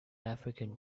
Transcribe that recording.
african